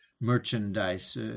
merchandise